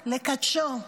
צבאי ובכל אירוע קשה אחר.